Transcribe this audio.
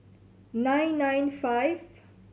nine nine five